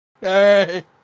Hey